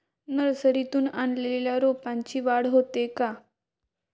नर्सरीतून आणलेल्या रोपाची वाढ होते का?